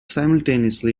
simultaneously